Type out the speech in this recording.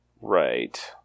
Right